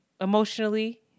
emotionally